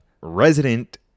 Resident